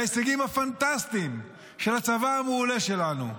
ההישגים הפנטסטיים של הצבא המעולה שלנו,